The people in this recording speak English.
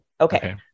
Okay